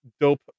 dope